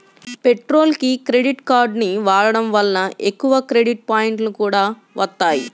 పెట్రోల్కి క్రెడిట్ కార్డుని వాడటం వలన ఎక్కువ క్రెడిట్ పాయింట్లు కూడా వత్తాయి